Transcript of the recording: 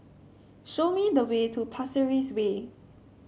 show me the way to Pasir Ris Way